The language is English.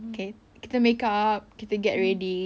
okay kita makeup kita get ready